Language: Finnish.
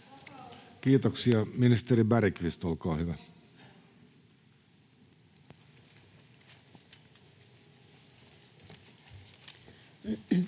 Kiitoksia. — Ja ministeri Bergqvist, olkaa hyvä.